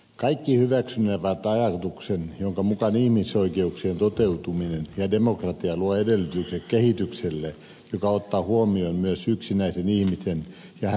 kaikki hyväksynevät ajatuksen jonka mukaan ihmisoikeuksien toteutuminen ja demokratia luovat edellytykset kehitykselle joka ottaa huomioon myös yksittäisen ihmisen ja hänen oikeutensa